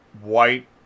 white